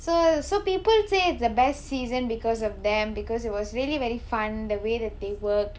so so people say the best season because of them because it was really very fun the way that they worked